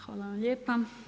Hvala vam lijepa.